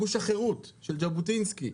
גוש החרות של ז'בוטינסקי,